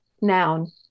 Noun